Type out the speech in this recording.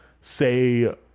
say